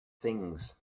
things